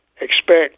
Expect